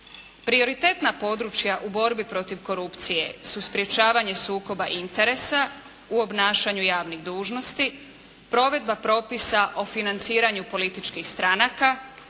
Prioritetna područja u borbi protiv korupcije su sprječavanje sukoba interesa u obnašanju javnih dužnosti, provedba propisa o financiranju političkih stranaka,